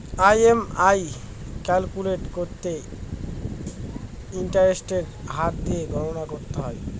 EMI calculate করতে ইন্টারেস্টের হার দিয়ে গণনা করতে হয়